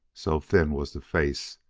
so thin was the face,